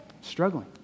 struggling